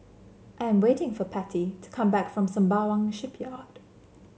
I am waiting for Patty to come back from Sembawang Shipyard